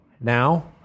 Now